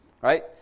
Right